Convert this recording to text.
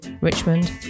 Richmond